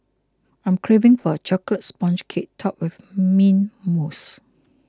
I'm craving for a Chocolate Sponge Cake Topped with Mint Mousse